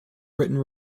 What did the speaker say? britain